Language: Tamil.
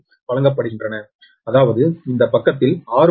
வழங்கப்படுகின்றன அதாவது இந்த பக்கத்தில் 6